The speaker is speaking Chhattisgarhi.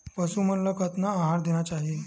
पशु मन ला कतना आहार देना चाही?